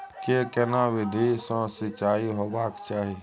के केना विधी सॅ सिंचाई होबाक चाही?